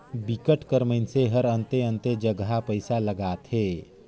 बिकट कर मइनसे हरअन्ते अन्ते जगहा पइसा लगाथे